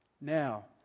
Now